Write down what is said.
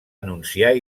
anunciar